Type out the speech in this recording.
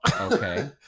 okay